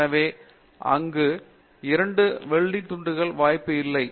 எனவே அங்கு இரண்டு வெல்ட் துண்டுகள் வாய்ப்பு இல்லை